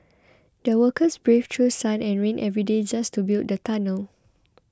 the workers braved through sun and rain every day just to build the tunnel